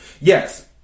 Yes